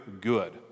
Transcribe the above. good